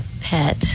pet